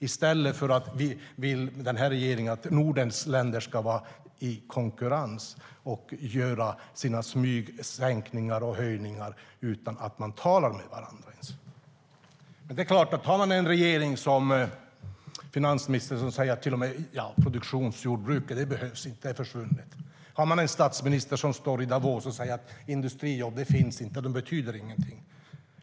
I stället vill den här regeringen att Nordens länder ska vara i konkurrens och göra smygsänkningar och smyghöjningar utan att man talar med varandra. Vi har en finansminister som säger att produktionsjordbruket inte behövs och att det är försvunnet och en statsminister som står i Davos och säger att industrijobb inte finns och inte betyder något.